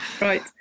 right